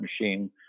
machine